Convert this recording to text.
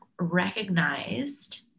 recognized